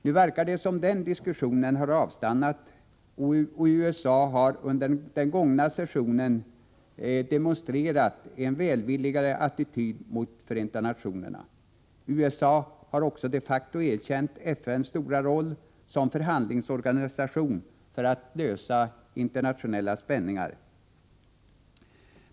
Nu verkar det emellertid som om den diskussionen har avstannat, och USA har under den gångna FN-sessionen visat en välvilligare attityd mot Förenta nationerna. USA har också de facto erkänt FN:s stora roll som förhandlingsorganisation för att lösa internationella spänningar.